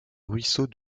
ruisseau